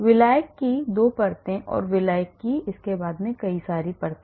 विलायक की 2 परतें और विलायक की कई परतें